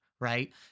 right